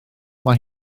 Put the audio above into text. mae